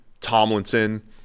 Tomlinson